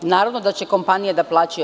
Naravno da će kompanije da plaćaju.